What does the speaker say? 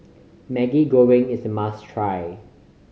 Maggi Goreng is a must try